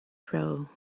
grow